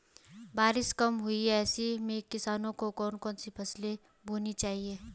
बारिश कम हुई है ऐसे में किसानों को कौन कौन सी फसलें बोनी चाहिए?